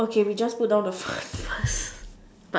okay we just put down the first line